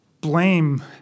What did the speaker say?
blame